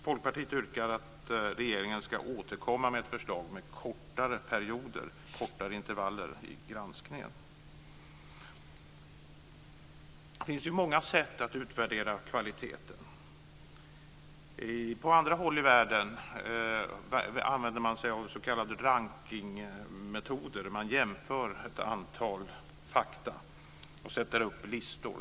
Folkpartiet yrkar att regeringen ska återkomma med ett förslag med kortare intervaller i granskningen. Det finns många sätt att utvärdera kvaliteten. På andra håll i världen använder man sig av s.k. rankningsmetoder. Man jämför ett antal fakta och sätter upp listor.